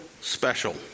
special